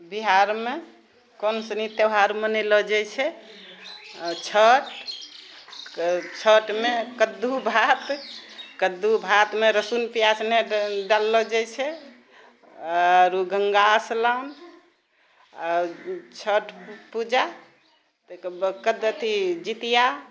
बिहारमे कोनसनी त्योहार मनैलो जाइ छै छठछठमे कद्दू भात कद्दू भातमे रसून प्याज नहि डाललो जाइ छै आओर गङ्गा स्नान आओर छठ पूजा तै कऽ बाद अथि जितिआ